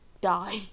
die